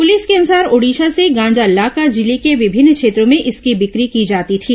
police के अनुसार ओडिशा से गांजा लाकर जिले के विमिन्न क्षेत्रों में इसकी बिक्री की जाती थी